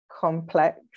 complex